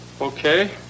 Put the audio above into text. Okay